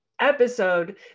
episode